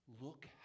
look